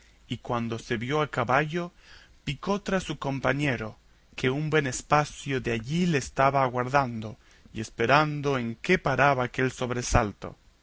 y cuando se vio a caballo picó tras su compañero que un buen espacio de allí le estaba aguardando y esperando en qué paraba aquel sobresalto